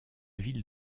ville